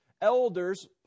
elders